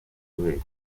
wese